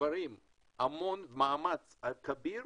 דברים ומאמץ כביר